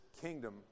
kingdom